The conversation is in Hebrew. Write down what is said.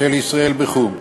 של ישראל בחו"ל.